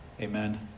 Amen